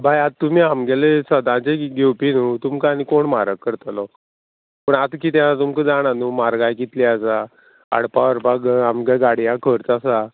बाय आतां तुमी आमगेले सदांचे घेवपी न्हू तुमकां आनी कोण म्हारग करतलो पूण आतां किदें आसा तुमकां जाणा न्हू म्हारगाय कितलीं आसा हाडपा व्हरपाक आमगे गाडयां खर्च आसा